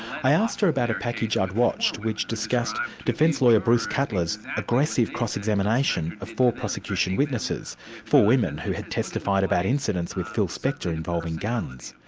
i asked her about a package i'd watched which discussed defence lawyer bruce cutler's aggressive cross-examination of four prosecution witnesses four women who had testified about incidents with phil spector involving guns.